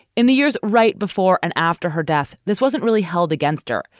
in the years right before and after her death, this wasn't really held against her.